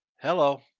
hello